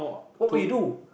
what will you do